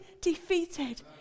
defeated